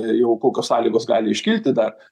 jau kokios sąlygos gali iškilti dar